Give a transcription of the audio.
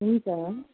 हुन्छ